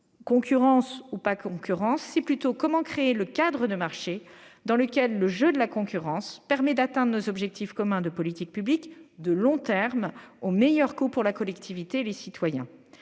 bien-fondé de la concurrence, mais sur la création d'un cadre de marché dans lequel le jeu de la concurrence permettrait d'atteindre nos objectifs communs de politique publique de long terme, au meilleur coût pour la collectivité et pour les citoyens.